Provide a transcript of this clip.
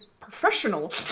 professional